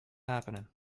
happening